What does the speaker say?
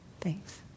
Thanks